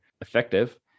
effective